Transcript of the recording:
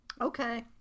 Okay